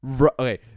okay